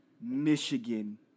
Michigan